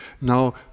Now